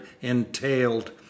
entailed